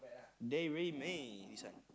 dairy me this one